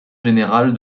général